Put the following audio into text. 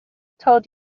told